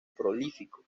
prolífico